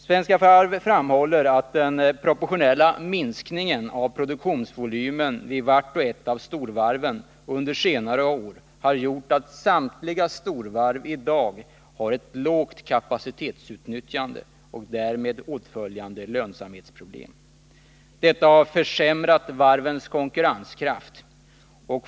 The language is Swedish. Svenska Varv framhåller att den proportionella minskningen av produktionsvolymen vid vart och ett av storvarven under senare år har gjort att samtliga storvarv i dag har ett lågt kapacitetsutnyttjande med åtföljande lönsamhetsproblem. Detta har försämrat varvens konkurrenskraft.